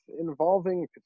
involving